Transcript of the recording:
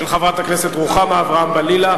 של חברת הכנסת רוחמה אברהם-בלילא,